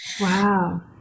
Wow